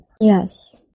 Yes